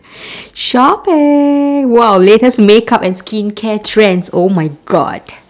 shopping !wow! latest makeup and skincare trends oh my god